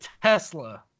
tesla